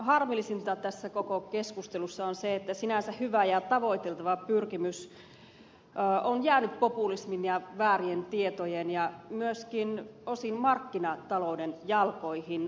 harmillisinta tässä koko keskustelussa on se että sinänsä hyvä ja tavoiteltava pyrkimys on jäänyt populismin ja väärien tietojen ja myöskin osin markkinatalouden jalkoihin